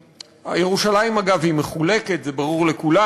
ירושלים, אגב, מחולקת, זה ברור לכולם.